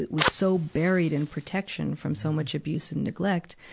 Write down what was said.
was so buried in protection from so much abuse and neglect.